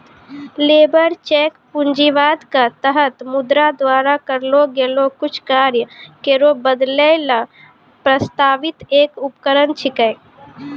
labour check पूंजीवाद क तहत मुद्रा द्वारा करलो गेलो कुछ कार्य केरो बदलै ल प्रस्तावित एक उपकरण छिकै